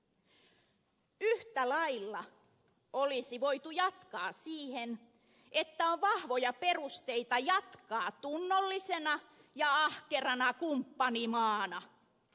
yhtä lailla olisi voitu jatkaa siihen että on vahvoja perusteita jatkaa tunnollisena ja ahkerana kumppanimaana